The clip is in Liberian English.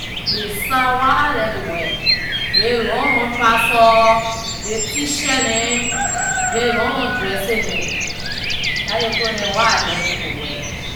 Dey style wher I like to wear, dey long long trousers, dey t- shirt dem, dey long long dresses dem. Dah ley clothes wher I like to wear.